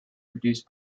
produced